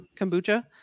kombucha